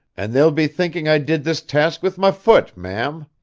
and they'll be thinking i did this task with my foot, ma'am.